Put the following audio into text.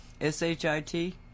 S-H-I-T